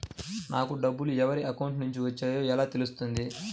నాకు డబ్బులు ఎవరి అకౌంట్ నుండి వచ్చాయో ఎలా తెలుస్తుంది?